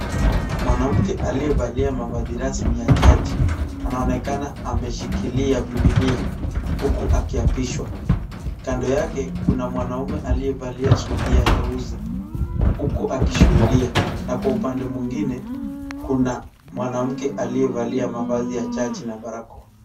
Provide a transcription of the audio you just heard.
Mwanamke aliyefalia mafasi rasmi ya jaji, ameonekana ameshikilia bibilia huku akihapiswa, kando yake kuna mwanaume aliyefalia suti ya nyeusi huku akishuhudia na upande mwingine kuna mke aliyefalia mafasi ya jaji na barakoa.